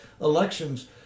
elections